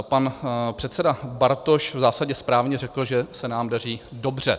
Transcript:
Pan předseda Bartoš v zásadě správně řekl, že se nám daří dobře.